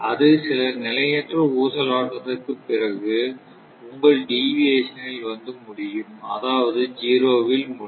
அது சில நிலையற்ற ஊசலாட்டத்திற்குப் பிறகு உங்கள் டீவியேஷன் ல் வந்து முடியும் அதாவது 0 வில் முடியும்